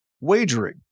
wagering